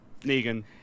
Negan